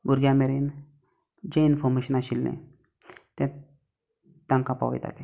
भुरग्यां मरेन जें इनफोर्मेशन आशिल्लें तें तांकां पावयताले